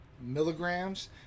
milligrams